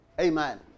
Amen